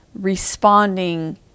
responding